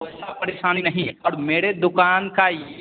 तो ऐसा परेशानी नहीं है और मेरे दुकान का ये